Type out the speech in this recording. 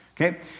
Okay